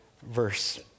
verse